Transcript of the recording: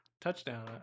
touchdown